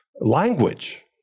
language